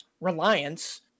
reliance